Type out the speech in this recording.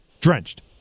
Drenched